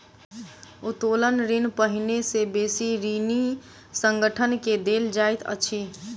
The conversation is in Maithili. उत्तोलन ऋण पहिने से बेसी ऋणी संगठन के देल जाइत अछि